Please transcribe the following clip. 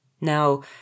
Now